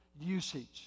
usage